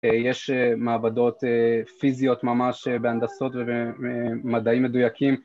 יש מעבדות פיזיות ממש בהנדסות ובמדעים מדויקים